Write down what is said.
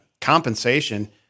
compensation